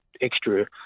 extra